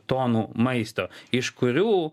tonų maisto iš kurių